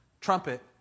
trumpet